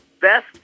Best